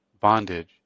bondage